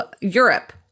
Europe